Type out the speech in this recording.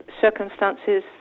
circumstances